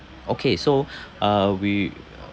okay so uh we uh